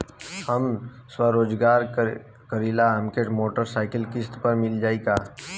हम स्वरोजगार करीला हमके मोटर साईकिल किस्त पर मिल जाई का?